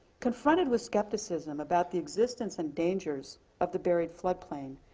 confronted with skepticism about the existence and dangers of the buried flood plain,